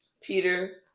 Peter